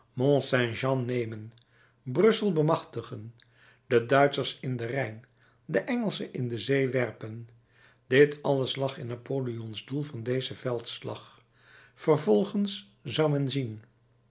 mont saint jean nemen brussel bemachtigen de duitschers in den rijn de engelschen in de zee werpen dit alles lag in napoleon's doel van dezen veldslag vervolgens zou men zien